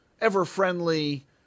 ever-friendly